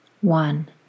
one